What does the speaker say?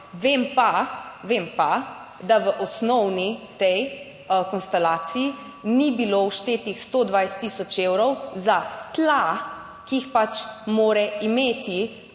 vem pa, da v osnovni tej konstelaciji ni bilo vštetih 120 tisoč evrov za tla, ki jih pač mora imeti.